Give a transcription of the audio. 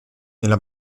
nella